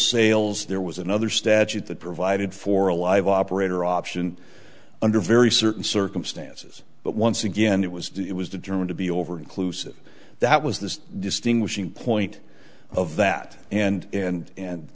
sales there was another statute that provided for a live operator option under very certain circumstances but once again it was it was determined to be over inclusive that was the distinguishing point of that and and